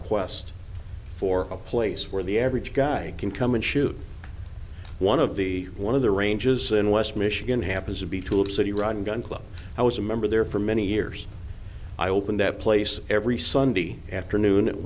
quest for a place where the average guy can come and shoot one of the one of the ranges in west michigan happens to be to a city run gun club i was a member there for many years i opened that place every sunday afternoon at